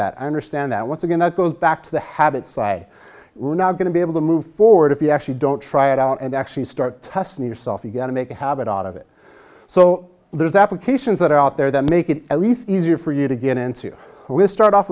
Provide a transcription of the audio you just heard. that i understand that once again that goes back to the habit say we're not going to be able to move forward if you actually don't try it out and actually start testing yourself again to make a habit out of it so there's applications that are out there that make it at least easier for you to get into we'll start off